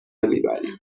میبریم